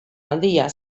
aldia